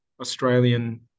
Australian